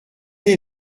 est